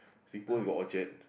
singpost got orchard